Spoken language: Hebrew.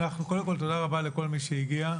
קודם כול, תודה רבה לכל מי שהגיע.